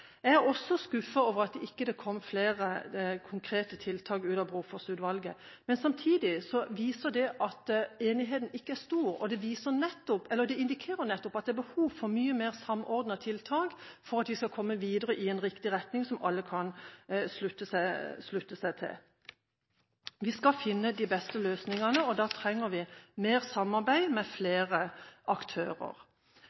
Jeg er også skuffet over at det ikke kom flere konkrete tiltak i Brofoss-utvalgets innstilling. Samtidig viser det at enigheten ikke er stor, og det indikerer at det er behov for mye mer samordnede tiltak for at vi skal komme videre i en retning som alle kan slutte seg til. Vi skal finne de beste løsningene, og da trenger vi mer samarbeid med